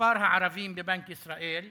שמספר הערבים בבנק ישראל,